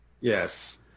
Yes